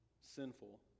sinful